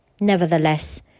Nevertheless